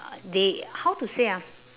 uh they how to say ah